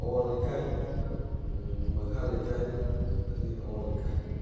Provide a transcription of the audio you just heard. ꯑꯋꯥꯡ ꯂꯩꯀꯥꯏ ꯃꯈꯥ ꯂꯩꯀꯥꯏ ꯑꯗꯒꯤ ꯑꯋꯥꯡ ꯂꯩꯀꯥꯏ